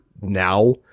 now